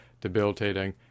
debilitating